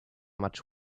much